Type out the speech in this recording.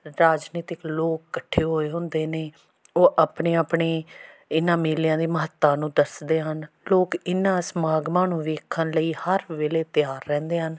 ਰਾਜਨੀਤਿਕ ਲੋਕ ਇਕੱਠੇ ਹੋਏ ਹੁੰਦੇ ਨੇ ਉਹ ਆਪਣੇ ਆਪਣੇ ਇਹਨਾਂ ਮੇਲਿਆਂ ਦੀ ਮਹੱਤਤਾ ਨੂੰ ਦੱਸਦੇ ਹਨ ਲੋਕ ਇਹਨਾਂ ਸਮਾਗਮਾਂ ਨੂੰ ਦੇਖਣ ਲਈ ਹਰ ਵੇਲੇ ਤਿਆਰ ਰਹਿੰਦੇ ਹਨ